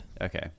okay